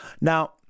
Now